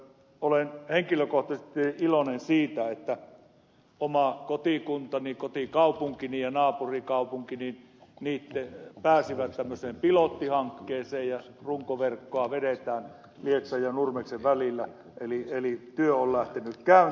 olen henkilökohtaisesti iloinen siitä että oma kotikuntani kotikaupunkini ja naapurikaupunkini pääsivät tämmöiseen pilottihankkeeseen ja runkoverkkoa vedetään lieksan ja nurmeksen välillä eli työ on lähtenyt käyntiin